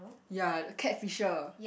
ya cat fisher